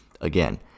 Again